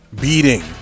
beating